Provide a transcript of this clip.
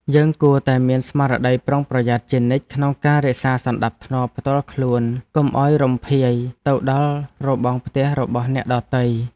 យើងគួរតែមានស្មារតីប្រុងប្រយ័ត្នជានិច្ចក្នុងការរក្សាសណ្តាប់ធ្នាប់ផ្ទាល់ខ្លួនកុំឱ្យរំភាយទៅដល់របងផ្ទះរបស់អ្នកដទៃ។